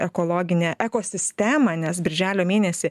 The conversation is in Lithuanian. ekologinę ekosistemą nes birželio mėnesį